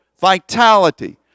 vitality